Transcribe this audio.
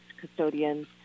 custodians